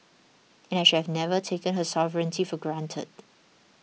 and I should have never taken her sovereignty for granted